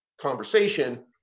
conversation